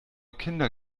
kinder